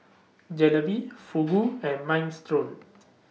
Jalebi Fugu and Minestrone